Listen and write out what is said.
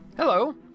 Hello